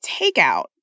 takeout